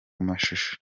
mashusho